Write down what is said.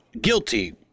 guilty